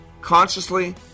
Consciously